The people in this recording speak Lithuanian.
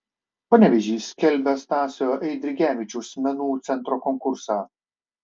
panevėžys skelbia stasio eidrigevičiaus menų centro konkursą